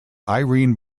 irene